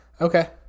okay